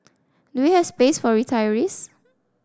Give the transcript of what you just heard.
do we have space for retirees